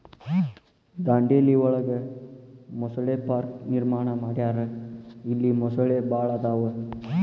ದಾಂಡೇಲಿ ಒಳಗ ಮೊಸಳೆ ಪಾರ್ಕ ನಿರ್ಮಾಣ ಮಾಡ್ಯಾರ ಇಲ್ಲಿ ಮೊಸಳಿ ಭಾಳ ಅದಾವ